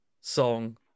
Song